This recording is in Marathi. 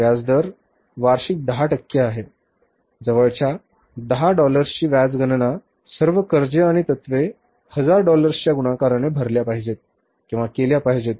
व्याज दर वार्षिक 10 टक्के आहे जवळच्या 10 डॉलर्सची व्याज गणना सर्व कर्जे आणि तत्त्वे हजार डॉलर्सच्या गुणाकाराने भरल्या पाहिजेत किंवा केल्या पाहिजेत